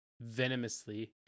venomously